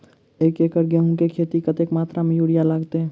एक एकड़ गेंहूँ केँ खेती मे कतेक मात्रा मे यूरिया लागतै?